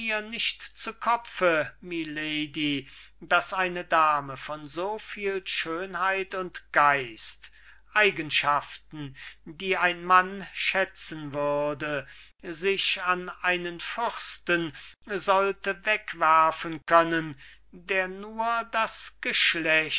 nicht zu kopfe milady daß eine dame von so viel schönheit und geist eigenschaften die ein mann schätzen würde sich an einen fürsten sollte wegwerfen können der nur das geschlecht